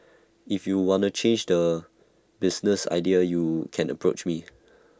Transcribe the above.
if you wanna change the business idea you can approach me